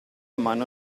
mano